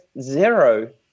zero